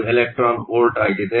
1 eV ಆಗಿದೆ